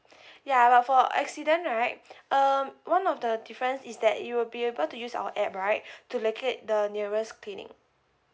ya but for accident right um one of the difference is that you'll be able to use our app right to locate the nearest clinic